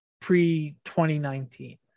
pre-2019